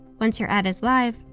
once your ad is live,